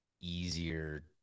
easier